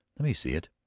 let me see it.